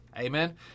Amen